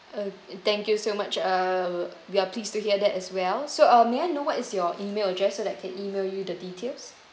oh thank you so much uh we are pleased to hear that as well so uh may I know what is your email address so that I can email you the details